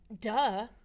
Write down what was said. duh